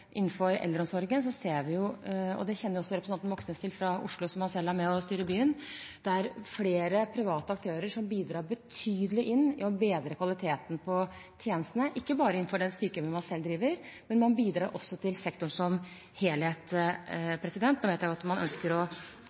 representanten Moxnes til fra Oslo, ettersom han selv er med og styrer byen – flere private aktører som bidrar betydelig til å bedre kvaliteten på tjenestene, ikke bare innenfor det sykehjemmet man selv driver – man bidrar også til sektoren som helhet. Jeg vet at man nå ønsker å